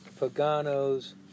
Pagano's